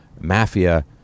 mafia